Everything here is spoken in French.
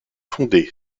fondé